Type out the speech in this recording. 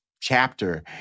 chapter